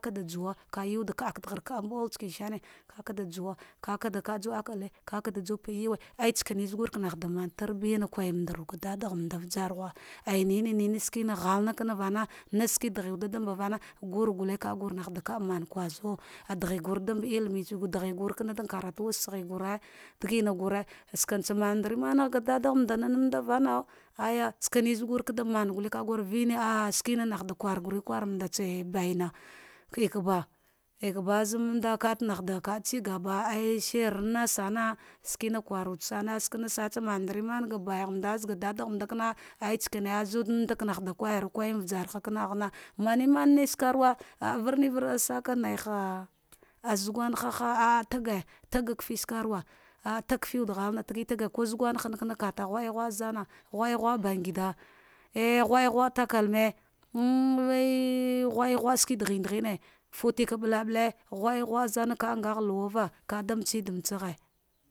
Kadajuwa ka yuw kaabghar ka mba aulashkni sane kakada juwa kaka da kaka juwa da akale kada ju baɗa yume tsane zagur matsa man tarbiya eh tsarkane zugur natsa mo tarbiya ahran kwamdauya dadaghmadau jaighu aya nenene skene ghalkanavana sake daghewude dambevana, gurgate kagur nada man kuzu, adaghe gurda mana ldimo ɗaghe gurdam karatuwe saghe gure dagina gure santsa mamenmtsa dadaghama ah mada vanaw aya sakane zugurda mava kagur gul vine skene nahtsa kur gurkur bainah ka eka ba ekaba ka eba azamanda kata kaah tsegaba ayeshri nasana skene kurwude sena skana sana skana kwarwude sama memdaer man ga baigh manda gi daga manda kana lujana zada ka kurukuyan ujaha, mamen skarawa ah varnevad saka naiha zugunhama ah kage ka kafe skawa, ah kage kafe wude ghalna zugurhana kana kata gheegha za na gheeghe bandgida a ghjghwa takalmi an fate ka mbel mblele ghne gha zana kagh luwava kada mbeda mbaghe.